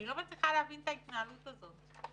אני לא מצליחה להבין את ההתנהלות הזו.